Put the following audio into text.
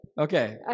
Okay